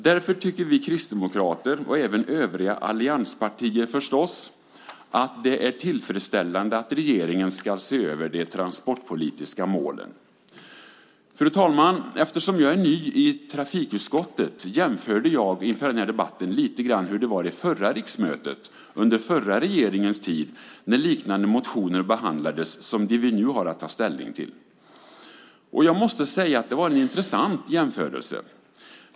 Därför tycker vi kristdemokrater, och även övriga allianspartier förstås, att det är tillfredsställande att regeringen ska se över de transportpolitiska målen. Fru talman! Eftersom jag är ny i trafikutskottet jämförde jag inför den här debatten lite grann hur det var under förra riksmötet, under förra regeringens tid, när liknande motioner behandlades som de vi nu har att ta ställning till. Och jag måste säga att det var en intressant jämförelse.